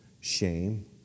shame